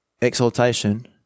exaltation